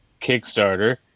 Kickstarter